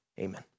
amen